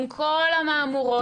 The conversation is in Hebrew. עם כל המהמורות,